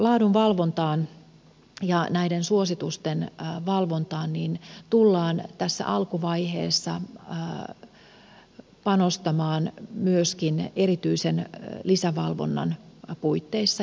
laadun valvontaan ja näiden suositusten valvontaan tullaan tässä alkuvaiheessa panostamaan myöskin erityisen lisävalvonnan puitteissa